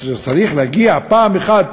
צריך שפעם אחת